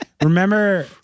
Remember